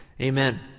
Amen